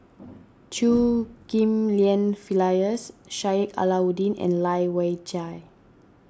Chew Ghim Lian Phyllis Sheik Alau'ddin and Lai Weijie